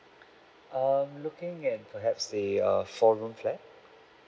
mm I'm looking at perhaps a a four room flat